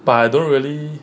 but I don't really